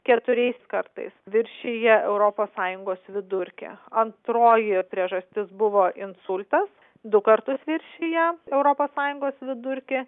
keturiais kartais viršija europos sąjungos vidurkį antroji priežastis buvo insultas du kartus viršija europos sąjungos vidurkį